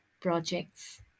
projects